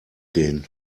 gehen